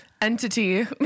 entity